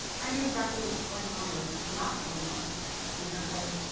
i knew exactly what was going on or not going on in her head.